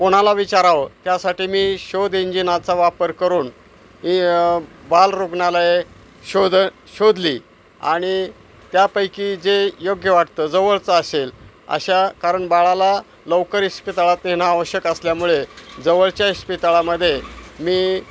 कोणाला विचारावं त्यासाठी मी शोधइंजिनाचा वापर करून बालरुग्णालय शोध शोधली आणि त्यापैकी जे योग्य वाटतं जवळचं असेल अशा कारण बाळाला लवकर इस्पितळात नेणं आवश्यक असल्यामुळे जवळच्या इस्पितळामध्ये मी